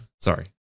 sorry